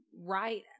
right